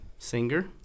Singer